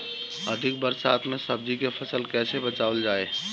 अधिक बरसात में सब्जी के फसल कैसे बचावल जाय?